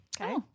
Okay